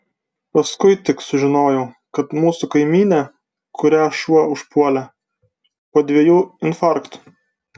paskui tik sužinojau kad mūsų kaimynė kurią šuo užpuolė po dviejų infarktų